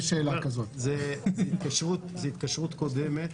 זו לא התקשרות מעכשיו, זו התקשרות קודמת.